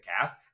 cast